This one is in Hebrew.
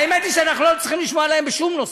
האמת היא שאנחנו לא צריכים לשמוע להם בשום נושא,